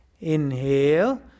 Inhale